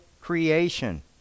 creation